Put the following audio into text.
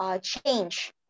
change